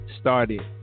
started